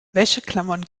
wäscheklammern